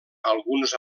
alguns